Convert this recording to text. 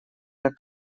так